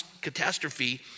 catastrophe